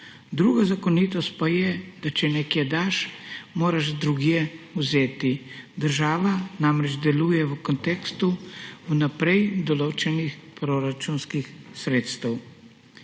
Druga zakonitost pa je, da če nekje daš, moraš drugje vzeti. Država namreč deluje v kontekstu vnaprej določenih proračunskih sredstev.